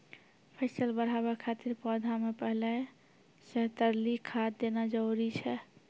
फसल बढ़ाबै खातिर पौधा मे पहिले से तरली खाद देना जरूरी छै?